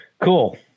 Cool